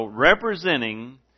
Representing